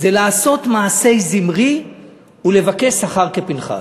זה לעשות מעשה זמרי ולבקש שכר כפנחס.